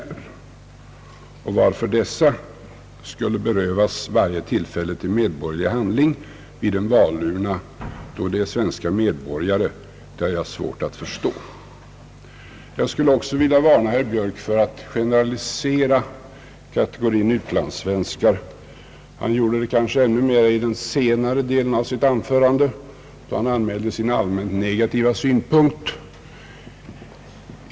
Jag har svårt att förstå varför utlandssvenskar i dessa länder skulle berövas varje tillfälle till medborgerlig handling vid en valurna då de ju i alla fall är svenska medborgare. Jag skulle också vilja varna herr Björk för att generalisera beträffande kategorin utlandssvenskar. Han gjorde det kanske ännu mer i den senare delen av sitt anförande då han anmälde sin allmänt negativa syn.